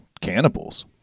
cannibals